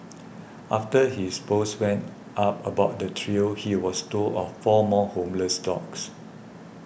after his post went up about the trio he was told of four more homeless dogs